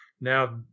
Now